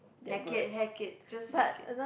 heck it heck it just heck it